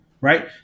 right